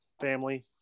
family